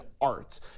art